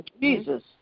Jesus